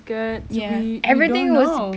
skirts we we don't know